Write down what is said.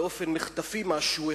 באופן מחטפי משהו,